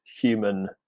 human